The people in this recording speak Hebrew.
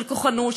של כוחנות,